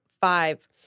five